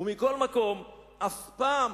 ומכל מקום, אף פעם